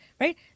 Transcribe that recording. right